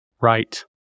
Right